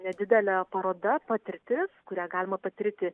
nedidelė paroda patirtis kurią galima patirti